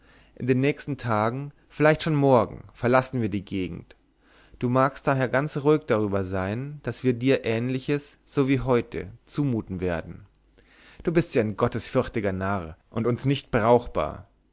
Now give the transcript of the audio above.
in den nächsten tagen vielleicht schon morgen verlassen wir die gegend du magst daher ganz ruhig darüber sein daß wir dir ähnliches so wie heute zumuten werden du bist ja so ein gottesfürchtiger narr und uns nicht brauchbar